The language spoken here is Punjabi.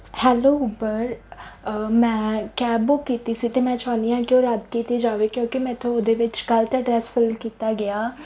ਹੈਲੋ ਉੱਬਰ ਮੈਂ ਕੈਬ ਬੁੱਕ ਕੀਤੀ ਸੀ ਅਤੇ ਮੈਂ ਚਾਹੁੰਦੀ ਹਾਂ ਕਿ ਉਹ ਰੱਦ ਕੀਤੀ ਜਾਵੇ ਕਿਉਂਕਿ ਮੈਥੋਂ ਉਹਦੇ ਵਿੱਚ ਗਲਤ ਅਡਰੈਸ ਫਿੱਲ ਕੀਤਾ ਗਿਆ